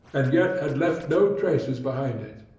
and yet had left no traces behind it.